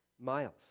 miles